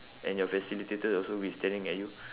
and your facilitator also will be staring at you